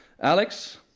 Alex